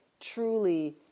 truly